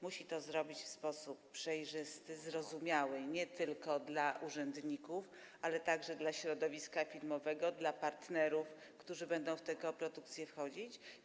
Musi to zrobić w sposób przejrzysty, zrozumiały nie tylko dla urzędników, ale także dla środowiska filmowego, dla partnerów, którzy będą w koprodukcje wchodzić.